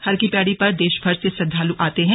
हरकी पैड़ी पर देशभर से श्रद्वालु आते हैं